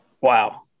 Wow